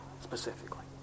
specifically